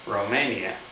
Romania